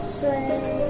say